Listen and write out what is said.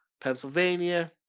Pennsylvania